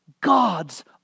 God's